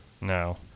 No